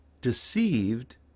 deceived